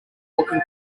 walking